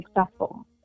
successful